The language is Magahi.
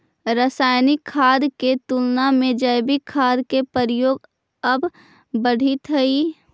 रासायनिक खाद के तुलना में जैविक खाद के प्रयोग अब बढ़ित हई